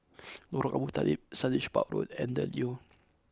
Lorong Abu Talib Sundridge Park Road and The Leo